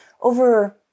over